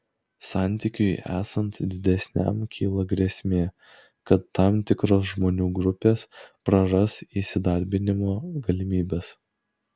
santykiui esant didesniam kyla grėsmė kad tam tikros žmonių grupės praras įsidarbinimo galimybes